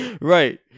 Right